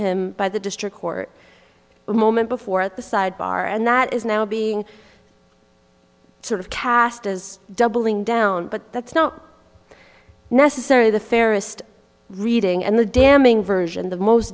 him by the district court a moment before at the sidebar and that is now being sort of cast as doubling down but that's not necessary the fairest reading and the damning version the most